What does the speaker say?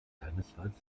keinesfalls